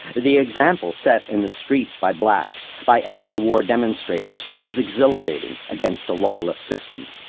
the example set in the streets by blacks, by antiwar demonstrators, was exhilarating-against a lawless system,